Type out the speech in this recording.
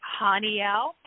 Haniel